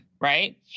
right